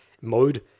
mode